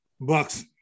Bucks